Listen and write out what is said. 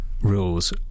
rules